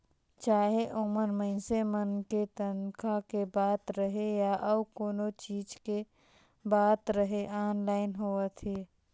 चाहे ओमन मइनसे मन के तनखा के बात रहें या अउ कोनो चीच के बात रहे आनलाईन होवत हे